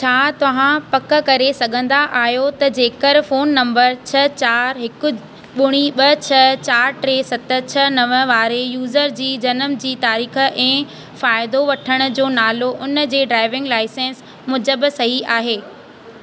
छा तव्हां पक करे सघंदा आहियो त जेकर फोन नंबर छह चारि हिकु ॿुड़ी ॿ छह चारि टे सत छह नव वारे यूज़र जी जनम जी तारीख़ ऐं फ़ाइदो वठंण जो नालो उनजे ड्राइविंग लाइसेंस मूजब सही आहे